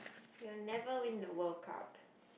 we will never win the World Cup